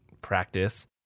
practice